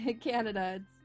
Canada